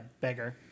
beggar